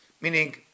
meaning